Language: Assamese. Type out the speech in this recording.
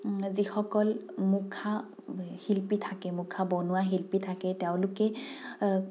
যিসকল মুখাশিল্পী থাকে মুখা বনোৱা শিল্পী থাকে তেওঁলোকে